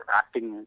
acting